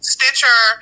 Stitcher